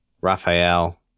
Raphael